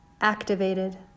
activated